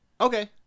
Okay